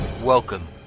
Welcome